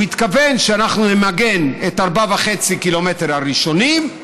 הוא התכוון שאנחנו נמגן 4.5 קילומטרים ראשונים,